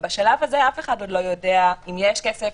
ובשלב הזה אף אחד עוד לא יודע אם יש כסף,